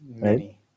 right